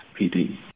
PD